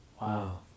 Wow